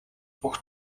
бүх